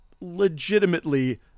Legitimately